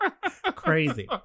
Crazy